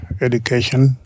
education